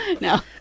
no